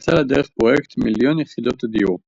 יצא לדרך פרויקט "מיליון יחידות הדיור",